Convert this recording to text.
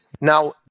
Now